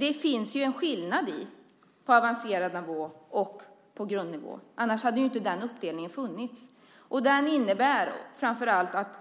Det finns en skillnad på avancerad nivå och grundnivå - annars hade inte den uppdelningen funnits. Den innebär framför allt att